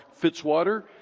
Fitzwater